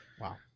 Wow